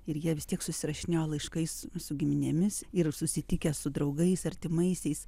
ir jie vis tiek susirašinėjo laiškais su giminėmis ir susitikę su draugais artimaisiais